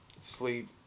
sleep